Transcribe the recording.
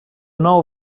know